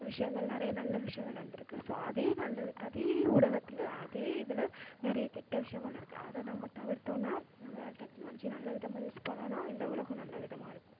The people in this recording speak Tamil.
விஷயங்கள் நிறைய நல்ல விஷயங்கள் நடந்துருக்குது ஸோ அதே நல்ல அதே ஊடகத்தில் அதே இதில் நிறைய கெட்ட விஷயங்கள் நடக்குது அதை நம்ம தவிர்த்தோனா நம்மளால டெக்னாலஜி நல்ல விதமாக யூஸ் பண்ணோன்னா இந்த உலகம் நல்ல விதமாக இருக்கும்